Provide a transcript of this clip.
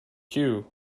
queue